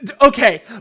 Okay